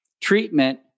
treatment